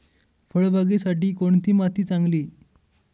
फळबागेसाठी कोणती माती चांगली?